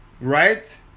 right